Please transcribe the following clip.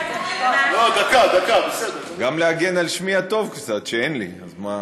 גם להגן על שמי הטוב, שאין לי, מה,